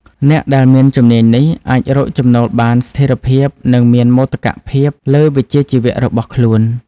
អ្នកដែលមានជំនាញនេះអាចរកចំណូលបានស្ថេរភាពនិងមានមោទកភាពលើវិជ្ជាជីវៈរបស់ខ្លួន។